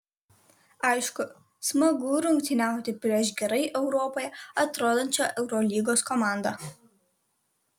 aišku smagu rungtyniauti prieš gerai europoje atrodančią eurolygos komandą